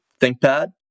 ThinkPad